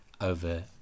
over